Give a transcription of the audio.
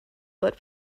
but